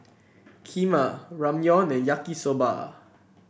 Kheema Ramyeon and Yaki Soba